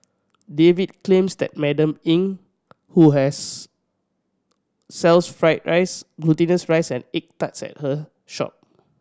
David claims that Madam Eng who has sells fried rice glutinous rice and egg tarts at her shop